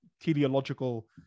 teleological